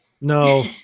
No